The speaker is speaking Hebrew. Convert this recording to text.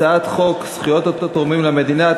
הצעת חוק זכויות התורמים למדינה,